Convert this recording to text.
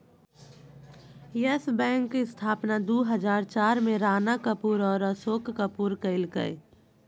yes Bank स्थापना दू हजार चार में राणा कपूर और अशोक कपूर कइलकय